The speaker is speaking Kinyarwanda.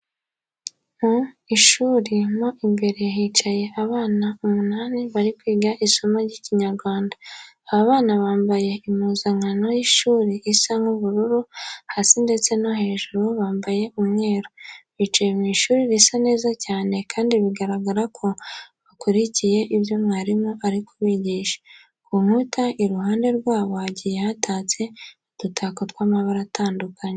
Mu ishuri mo imbere hicayemo abana umunani bari kwiga isomo ry'Ikinyarwanda. Aba bana bambaye impuzankano y'ishuri isa nk'ubururu hasi ndetse hejuru bambaye umweru. Bicaye mu ishuri risa neza cyane kandi biragaragara ko bakurikiye ibyo mwarimu ari kubigisha. Ku nkuta iruhande rwabo hagiye hatatse udutako tw'amabara atandukanye.